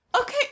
Okay